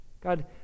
God